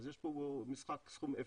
אז יש פה משחק סכום אפס,